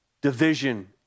division